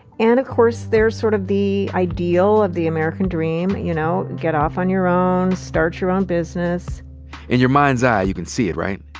and, of course, they're sort of the ideal of the american dream. you know, get off on your own, start your own business. in your mind's eye, you can see it, right?